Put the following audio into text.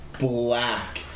black